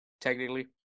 technically